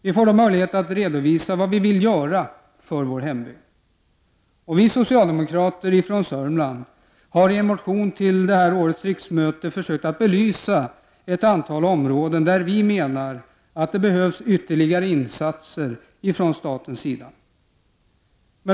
Vi får då möjlighet att redovisa vad vi vill göra för vår hembygd. Vi socialdemokrater från Sörmland har i en motion till årets riksmöte försökt att belysa ett antal områden där vi menar att det behövs ytterligare insatser från statens sida.